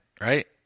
right